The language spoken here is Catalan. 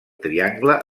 triangle